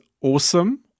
awesome